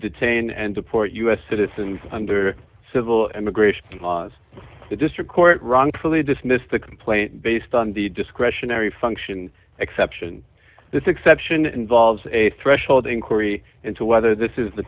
detain and deport u s citizens under civil immigration laws the district court wrongfully dismissed the complaint based on the discretionary function exception this exception involves a threshold inquiry into whether this is the